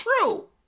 true